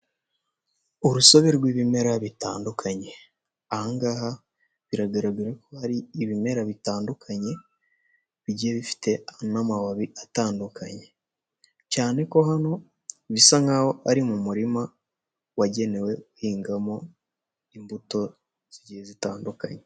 Urusobe rw'ibimera bitandukanye. Ahangaha biragaragara ko hari ibimera bitandukanye, bigiye bifite n'amababi atandukanye. Cyane ko hano bisa nk'aho ari mu murima wagenewe uhingamo imbuto zigiye zitandukanye.